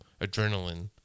Adrenaline